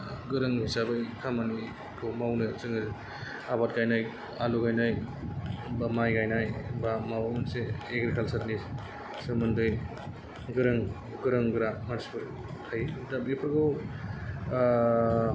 गोरों हिसाबै खामानिखौ मावनो जोङो आबाद गायनाय आलु गायनाय बा माइ गायनाय बा माबा मोनसे एग्रिकाल्चार नि सोमोन्दै गोरों गोरों गोरा मानसिफोर थायो दा बेफोरखौ